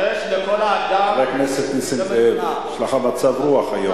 חבר הכנסת נסים זאב, יש לך מצב רוח היום.